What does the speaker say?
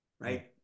right